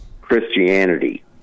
Christianity